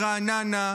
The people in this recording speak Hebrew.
מרעננה,